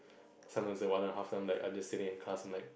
sometimes one and a half then I'm like I just sitting in class like